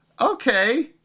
Okay